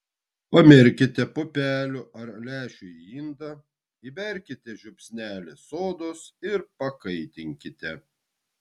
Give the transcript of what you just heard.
pamerkite pupelių ar lęšių į indą įberkite žiupsnelį sodos ir pakaitinkite